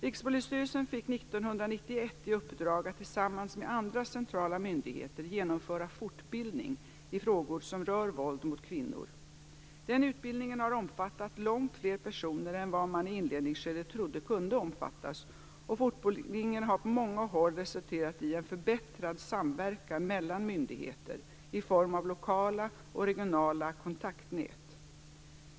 Rikspolisstyrelsen fick 1991 i uppdrag att tillsammans med andra centrala myndigheter genomföra fortbildning i frågor som rör våld mot kvinnor. Den utbildningen har omfattat långt fler personer än vad man i inledningsskedet trodde kunde omfattas, och fortbildningen har på många håll resulterat i en förbättrad samverkan mellan myndigheter i form av lokala och regionala kontaktnät.